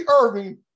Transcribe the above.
Irving